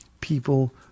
people